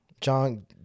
John